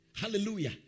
Hallelujah